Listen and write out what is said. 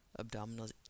abdominals